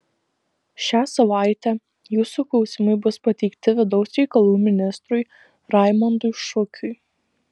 šią savaitę jūsų klausimai bus pateikti vidaus reikalų ministrui raimondui šukiui